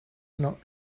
not